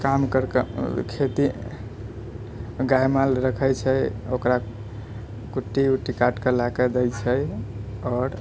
काम करके खेती गाय माल रखै छै ओकरा कुट्टी उट्टी काटिके लऽके दै छै आओर